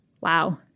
Wow